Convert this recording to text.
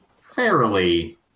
fairly